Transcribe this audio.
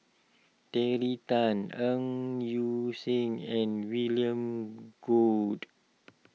Terry Tan Ng Yi Sheng and William Goode